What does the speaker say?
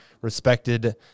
respected